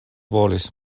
volis